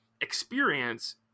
experience